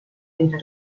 entre